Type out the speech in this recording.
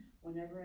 Whenever